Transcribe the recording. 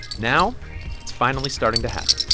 now it's finally starting to happen